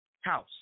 house